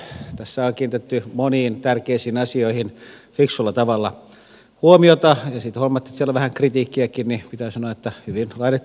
tässä on kiinnitetty moniin tärkeisiin asioihin fiksulla tavalla huomiota ja siitä huolimatta että siellä on vähän kritiikkiäkin niin pitää sanoa että hyvin laadittu mietintö